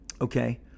Okay